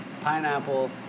pineapple